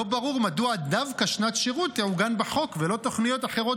לא ברור מדוע דווקא שנת שירות תעוגן בחוק ולא תוכניות אחרות